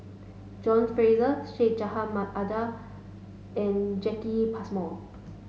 John Fraser Syed Jaafar Albar and Jacki Passmore